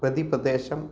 प्रति प्रदेशम्